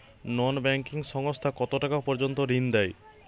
নন banking সংস্থা কতটাকা পর্যন্ত ঋণ দেয়?